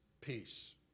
peace